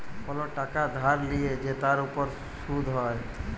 call টাকা ধার লিয়ে যে তার উপর শুধ হ্যয়